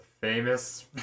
famous